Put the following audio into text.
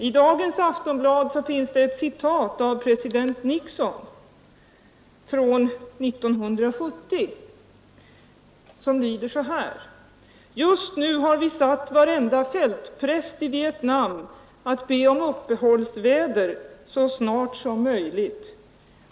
I dagens nummer av Aftonbladet finns det ett citat från 1970 av president Nixon, och det lyder så här: ”Just nu har vi satt varenda fältpräst i Vietnam att be om uppehållsväder så snart som möjligt.